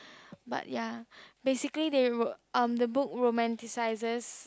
but ya basically they were um the book romanticizes